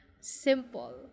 simple